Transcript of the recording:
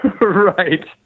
Right